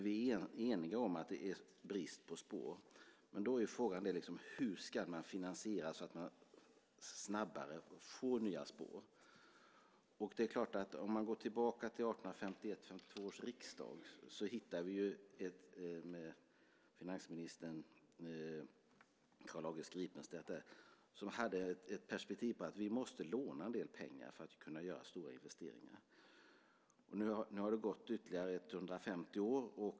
Vi är eniga om att det är brist på spår. Frågan är hur man ska finansiera det så att man snabbare får nya spår. Om man går tillbaka till 1851-1852 års riksdag ser vi att finansminister Johan August Gripenstedt hade perspektivet att vi måste låna en del pengar för att kunna göra stora investeringar. Nu har det gått 150 år.